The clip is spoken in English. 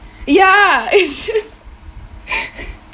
ya it's just